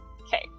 Okay